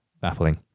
baffling